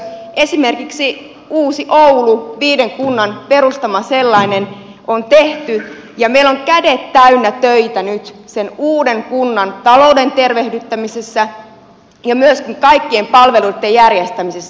esimerkiksi uusi oulu viiden kunnan perustama sellainen on tehty ja meillä on kädet täynnä töitä nyt sen uuden kunnan talouden tervehdyttämisessä ja myöskin kaikkien palveluitten järjestämisessä